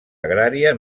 agrària